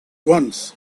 once